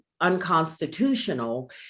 unconstitutional